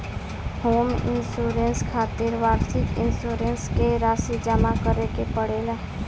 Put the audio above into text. home insurance खातिर वार्षिक insurance के राशि जामा करे के पड़ेला